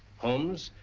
holmes,